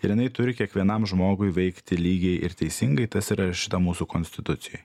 ir jinai turi kiekvienam žmogui veikti lygiai ir teisingai tas įrašyta mūsų konstitucijoj